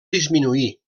disminuir